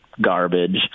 garbage